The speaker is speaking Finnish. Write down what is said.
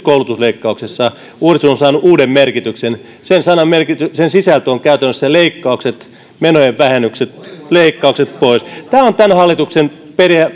koulutusleikkauksissa uudistus on saanut uuden merkityksen sen sanan sisältö on käytännössä menojen vähennykset leikkaukset pois tämä on tämän hallituksen